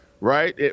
right